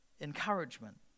encouragement